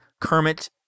Kermit